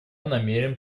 намерен